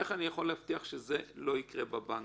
איך אני יכול להבטיח שזה לא יקרה בבנקים?